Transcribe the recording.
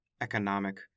economic